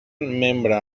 membre